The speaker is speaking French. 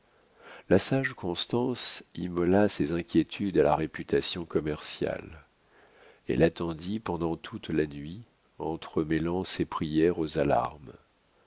la sage constance immola ses inquiétudes à la réputation commerciale elle attendit pendant toute la nuit entremêlant ses prières aux alarmes